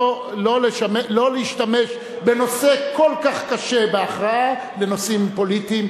לא להשתמש בנושא כל כך קשה בהכרעה לנושאים פוליטיים.